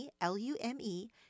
L-U-M-E